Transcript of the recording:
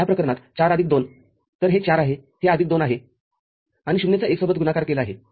या प्रकरणात ४आदिक २तर हे ४ आहेहे आदिक २ आहे आणि या ० चा १ सोबत गुणाकार केला आहे